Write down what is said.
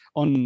on